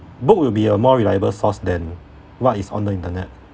book will be a more reliable source then what is on the internet